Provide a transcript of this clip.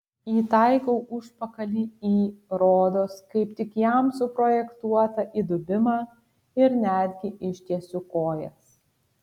įtaikau užpakalį į rodos kaip tik jam suprojektuotą įdubimą ir netgi ištiesiu kojas